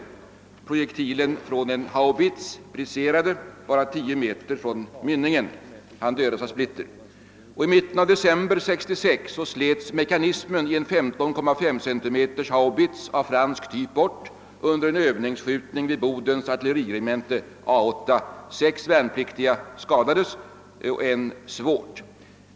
Projektilen från en haubits briserade bara 10 meter från mynningen och den värnpliktige skadades till döds av splitter. I mitten av december 1966 slets mekanismen i en 15,5 centimeters haubits av fransk typ bort under en övningsskjutning vid Bodens artilleriregemente, A 8. Sex värnpliktiga skadades, varav en svårt.